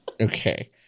okay